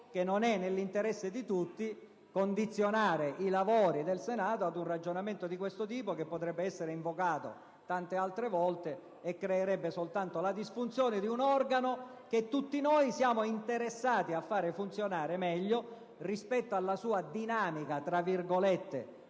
che non sia nell'interesse di tutti condizionare i lavori del Senato ad un ragionamento di questo tipo, che potrebbe essere invocato tante altre volte creando soltanto la disfunzione di un organo che tutti noi siamo interessati a far funzionare meglio rispetto alla sua "dinamica" - a volte